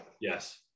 Yes